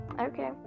okay